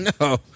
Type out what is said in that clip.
No